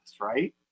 right